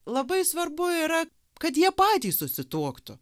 labai svarbu yra kad jie patys susituoktų